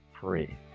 free